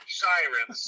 sirens